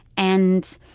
and